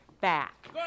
back